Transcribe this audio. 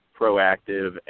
proactive